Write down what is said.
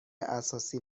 اساسی